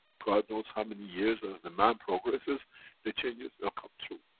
god knows how many years, as the man progresses the changes like ah through.